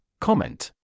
Comment